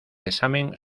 examen